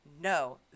no